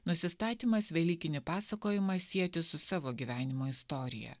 nusistatymas velykinį pasakojimą sieti su savo gyvenimo istorija